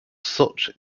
such